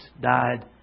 died